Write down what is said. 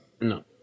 No